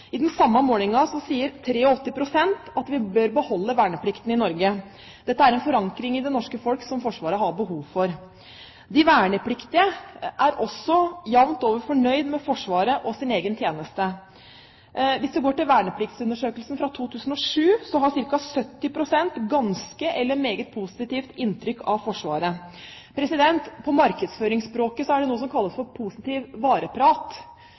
I den samme målingen sier 83 pst. at vi bør beholde verneplikten i Norge. Dette er en forankring i det norske folk som Forsvaret har behov for. De vernepliktige er også jevnt over fornøyd med Forsvaret og sin egen tjeneste. Hvis man går til vernepliktsundersøkelsen fra 2007, framgår det der at ca. 70 pst. har et ganske positivt inntrykk eller et meget positivt inntrykk av Forsvaret. På markedsføringsspråket er det noe som kalles for positiv vareprat.